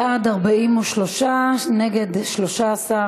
בעד, 43, נגד, 13,